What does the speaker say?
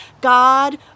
God